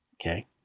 okay